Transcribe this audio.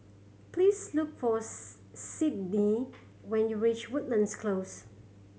please look for Sydnee when you reach Woodlands Close